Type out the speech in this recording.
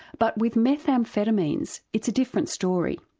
but with methamphetamines it's a different story.